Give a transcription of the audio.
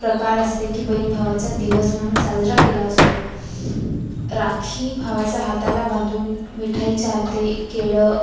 प्रकार असते की बहीण भावाचा दिवस म्हणून साजरा केला असतो राखी भावाच्या हाताला बांधून मिठाई चारते केळं